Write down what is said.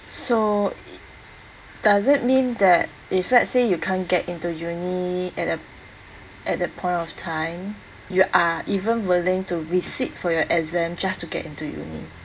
so it~ does it mean that if let's say you can't get into uni at a at that point of time you are even willing to resit for your exam just to get into uni